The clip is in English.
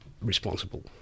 responsible